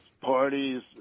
parties